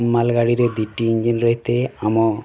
ମାଲଗାଡ଼ିରେ ଦୁଇଟି ଇଞ୍ଜିନ୍ ରହିଥାଏ ଆମ